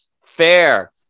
fair